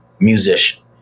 musician